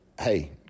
hey